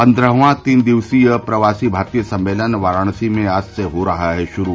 पन्द्रहवां तीन दिवसीय प्रवासी भारतीय सम्मेलन वाराणसी में आज से हो रहा है शुरू